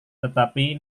tetapi